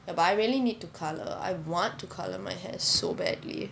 but I really need to colour I want to colour my hair so badly